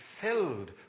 filled